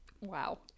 wow